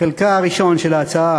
חלקה הראשון של ההצעה